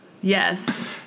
Yes